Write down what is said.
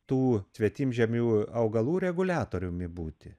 tų svetimžemių augalų reguliatoriumi būti